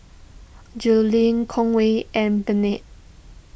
Julie Conway and